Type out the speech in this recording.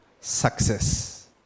success